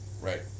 Right